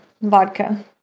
vodka